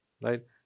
Right